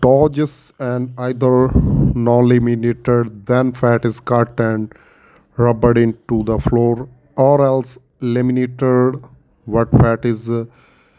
ਡੋਜਸ an either not eliminated then fat is cut and rubber into the floor or else laminator what that is